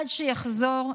עד שיחזור,